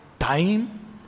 Time